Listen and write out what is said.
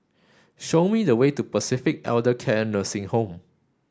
show me the way to Pacific Elder Care Nursing Home